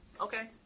Okay